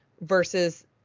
versus